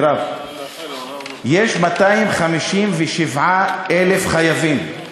יש 257,000 חייבים,